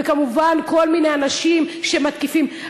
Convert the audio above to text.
וכמובן כל מיני אנשים שמתקיפים,